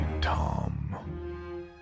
Tom